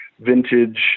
vintage